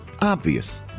Obvious